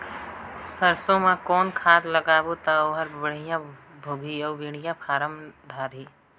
सरसो मा कौन खाद लगाबो ता ओहार बेडिया भोगही अउ बेडिया फारम धारही?